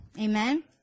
Amen